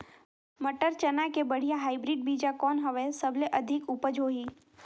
मटर, चना के बढ़िया हाईब्रिड बीजा कौन हवय? सबले अधिक उपज होही?